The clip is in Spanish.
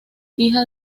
hija